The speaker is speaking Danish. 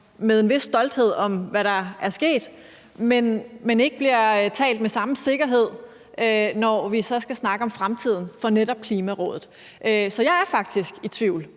med en vis stolthed – hvad der er sket, men der bliver ikke talt med samme sikkerhed, når vi så skal snakke om fremtiden for netop Klimarådet. Så jeg er faktisk i tvivl